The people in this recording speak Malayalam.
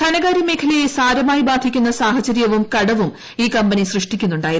ധനകാര്യ മേഖലയെ സാരമായി ബാധിക്കുന്ന സാഹചര്യവും കടവും ് ഈ കമ്പനി സൃഷ്ടിക്കുന്നു സായിരുന്നു